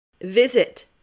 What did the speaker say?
Visit